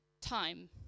time